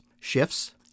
Shifts